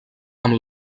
amb